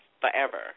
forever